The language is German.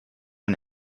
ein